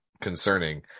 concerning